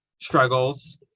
struggles